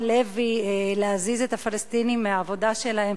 לוי להזיז את הפלסטינים מהעבודה שלהם,